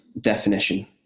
definition